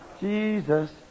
Jesus